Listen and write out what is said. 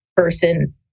Person